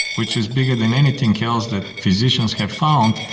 which is bigger than anything else that physicians have found,